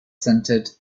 centered